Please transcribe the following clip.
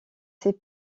ses